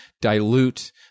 dilute